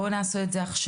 בואו נעשה את זה עכשיו.